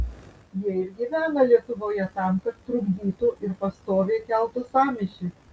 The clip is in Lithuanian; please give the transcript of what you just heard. jie ir gyvena lietuvoje tam kad trukdytų ir pastoviai keltų sąmyšį